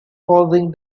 causing